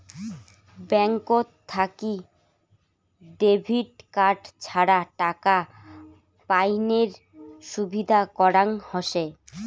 ব্যাঙ্কত থাকি debit card ছাড়া টাকা পাইনের সুবিধা করাং হসে